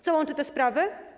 Co łączy te sprawy?